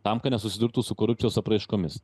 tam kad nesusidurtų su korupcijos apraiškomis